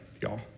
y'all